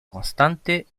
constante